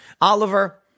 Oliver